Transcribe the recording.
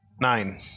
Nine